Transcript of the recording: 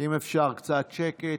אם אפשר, קצת שקט.